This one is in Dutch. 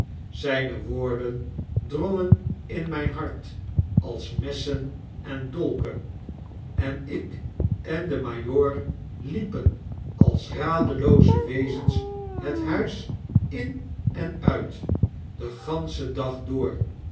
zijne woorden drongen in mijn hart als messen en dolken en ik en de majoor liepen als radelooze wezens het huis in en uit den ganschen dag door